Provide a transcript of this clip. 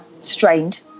strained